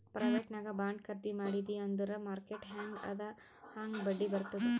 private ನಾಗ್ bond ಖರ್ದಿ ಮಾಡಿದಿ ಅಂದುರ್ ಮಾರ್ಕೆಟ್ ಹ್ಯಾಂಗ್ ಅದಾ ಹಾಂಗ್ ಬಡ್ಡಿ ಬರ್ತುದ್